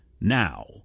Now